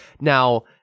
now